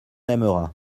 aimera